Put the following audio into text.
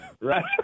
Right